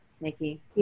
Nikki